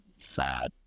sad